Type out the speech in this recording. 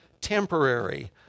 temporary